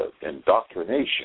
indoctrination